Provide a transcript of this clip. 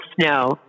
snow